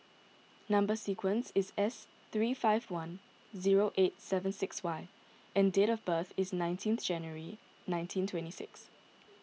Number Sequence is S three five one zero eight seven six Y and date of birth is nineteen January nineteen twenty six